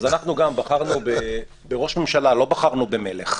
אז אנחנו גם בחרנו ראש ממשלה, לא בחרנו במלך.